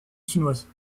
chinoise